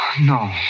No